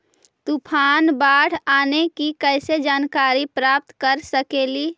तूफान, बाढ़ आने की कैसे जानकारी प्राप्त कर सकेली?